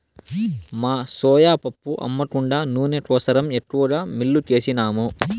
మా సోయా పప్పు అమ్మ కుండా నూనె కోసరం ఎక్కువగా మిల్లుకేసినాము